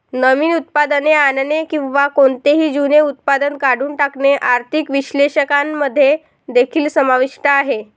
नवीन उत्पादने आणणे किंवा कोणतेही जुने उत्पादन काढून टाकणे आर्थिक विश्लेषकांमध्ये देखील समाविष्ट आहे